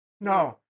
No